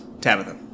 Tabitha